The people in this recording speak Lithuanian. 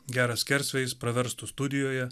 geras skersvėjis praverstų studijoje